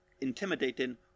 intimidating